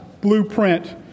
blueprint